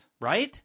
right